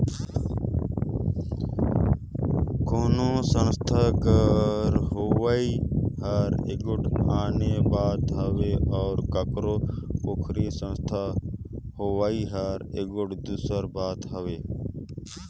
कोनो संस्था कर होवई हर एगोट आने बात हवे अउ काकरो पोगरी संस्था होवई हर एगोट दूसर बात हवे